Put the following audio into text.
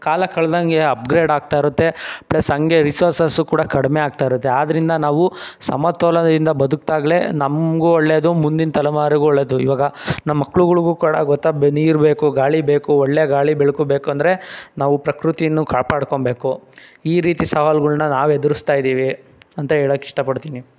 ಕಾಲ ಕಳೆದಂಗೆ ಅಪ್ಗ್ರೇಡ್ ಆಗ್ತಾ ಇರುತ್ತೆ ಪ್ಲಸ್ ಹಾಗೇ ರಿಸೋರ್ಸಸ್ಸು ಕೂಡ ಕಡಿಮೆ ಆಗ್ತಾ ಇರುತ್ತೆ ಆದ್ದರಿಂದ ನಾವು ಸಮತೋಲನದಿಂದ ಬದುಕಿದಾಗ್ಲೇ ನಮಗೂ ಒಳ್ಳೆಯದು ಮುಂದಿನ ತಲೆಮಾರ್ಗೂ ಒಳ್ಳೆಯದು ಇವಾಗ ನಮ್ಮ ಮಕ್ಳುಗಳ್ಗೂ ಕೂಡ ಗೊತ್ತಾಗ್ಬೇಕು ನೀರು ಬೇಕು ಗಾಳಿ ಬೇಕು ಒಳ್ಳೆಯ ಗಾಳಿ ಬೆಳಕು ಬೇಕು ಅಂದರೆ ನಾವು ಪ್ರಕೃತಿಯನ್ನು ಕಾಪಾಡ್ಕೊಳ್ಬೇಕು ಈ ರೀತಿ ಸವಾಲ್ಗಳ್ನ ನಾವು ಎದ್ರಿಸ್ತಾ ಇದ್ದೀವಿ ಅಂತ ಹೇಳೋಕ್ಕೆ ಇಷ್ಟಪಡ್ತೀನಿ